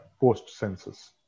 post-census